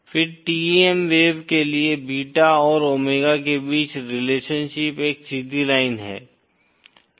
फिर TEM wave के लिए बीटा और ओमेगा के बीच रिलेशनशिप एक सीधी लाइन है